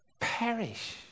perish